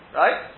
right